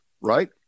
right